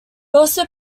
also